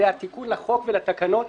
זה התיקון לחוק ולתקנות,